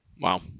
Wow